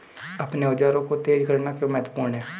अपने औजारों को तेज करना क्यों महत्वपूर्ण है?